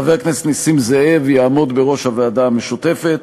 חבר הכנסת נסים זאב יעמוד בראש הוועדה המשותפת.